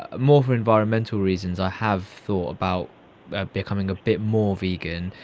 ah more for environmental reasons, i have thought about becoming a bit more vegan.